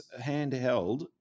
handheld